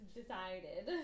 decided